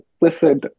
listen